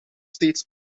steeds